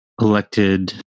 elected